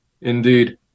Indeed